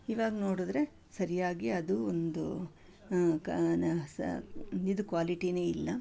ಇವಾಗ ನೋಡಿದ್ರೆ ಸರಿಯಾಗಿ ಅದು ಒಂದು ಕ ನ ಸ ಇದು ಕ್ವಾಲಿಟಿನೇ ಇಲ್ಲ